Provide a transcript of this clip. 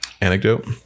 anecdote